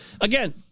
again